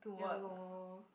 ya lor